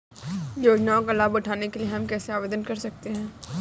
योजनाओं का लाभ उठाने के लिए हम कैसे आवेदन कर सकते हैं?